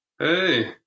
Hey